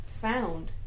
Found